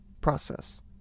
Process